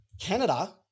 Canada